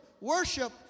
Worship